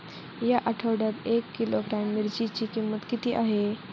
या आठवड्यात एक किलोग्रॅम मिरचीची किंमत किती आहे?